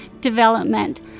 development